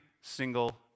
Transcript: single